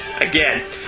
Again